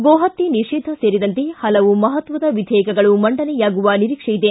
ಗೋ ಹತ್ತೆ ನಿಷೇಧ ಸೇರಿದಂತೆ ಹಲವು ಮಹತ್ವದ ವಿಧೇಯಕಗಳು ಮಂಡನೆಯಾಗುವ ನಿರೀಕ್ಷೆಯಿದೆ